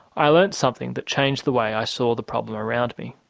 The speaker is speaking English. i learnt something that changed the way i saw the problem around me.